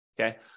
okay